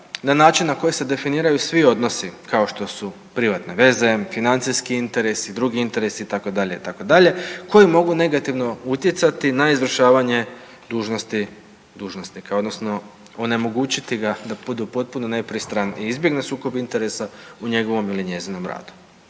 na način na koji se definiraju svi odnosi, ako što su privatne veze, financijski interesi, drugi interesi, itd., itd., koji mogu negativno utjecati na izvršavanje dužnosti dužnosnika, odnosno onemogućiti ga da budu potpuno nepristran i izbjegne sukob interesa u njegovom ili njezinom radu.